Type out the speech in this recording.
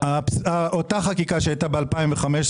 אותה חקיקה שהייתה ב-2015,